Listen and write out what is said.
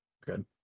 Good